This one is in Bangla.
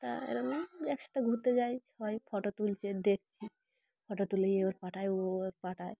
তা এরকম একসাথে ঘুরতে যাই সবাই ফটো তুলছে দেখছি ফটো তুলে এ ওর পাঠায় ও এর পাঠায়